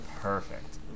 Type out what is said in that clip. Perfect